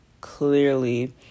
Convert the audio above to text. clearly